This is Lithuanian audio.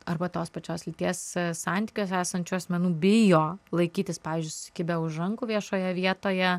arba tos pačios lyties santykiuose esančių asmenų bijo laikytis pavyzdžiui susikibę už rankų viešoje vietoje